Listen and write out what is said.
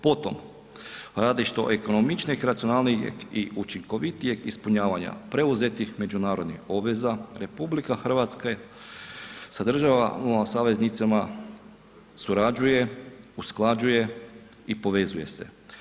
Potom, radi što ekonomičnijeg i racionalnijeg i učinkovitijeg ispunjavanja preuzetih međunarodnih obveza, RH sa državama saveznicama surađuje, usklađuje i povezuje se.